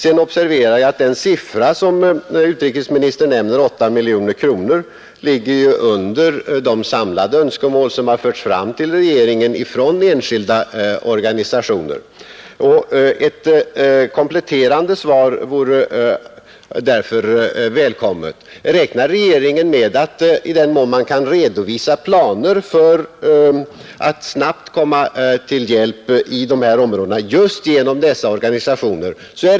Sedan observerar jag att den siffra som utrikesministern nämner, 8 miljoner kronor, ligger under de samlade önskemål som förts fram till regeringen från enskilda organisationer. Ett kompletterande svar vore därför välkommet. Är regeringen villig att lämna ytterligare medel, i den mån man kan redovisa planer för att snabbt komma till hjälp i de här områdena just genom dessa organisationer?